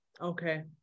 Okay